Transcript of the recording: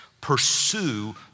Pursue